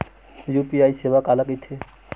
UPI सेवा काला कइथे?